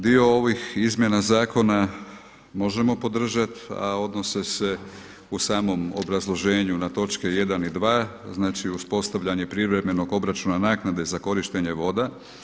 Dio ovih izmjena zakona možemo podržati, a odnose se u samom obrazloženju na točke 1 i 2, znači uspostavljanje privremenog obračuna naknade za korištenje voda.